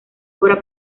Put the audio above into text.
obra